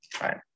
Right